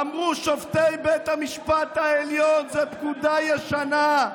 אמרו שופטי בית המשפט העליון: זאת פקודה ישנה,